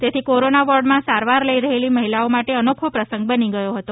તેથી કોરોના વોર્ડમાં સારવાર લઈ રહેલી મહિલાઓ માટે અનોખો પ્રસંગ બની ગયો હતો